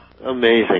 Amazing